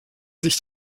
sich